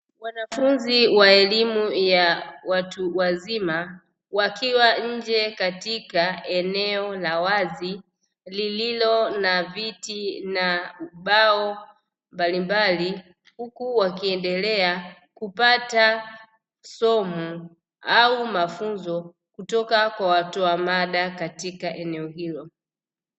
Wanafunzi wa elimu ya watu wazima, wakiwa katika eneo la wazi; lililo na viti na ubao mbalimbali huku wakiendelea kupata somo au mafunzo kutoka kwa watoa mada katika eneo hilo.